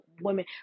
women